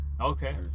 okay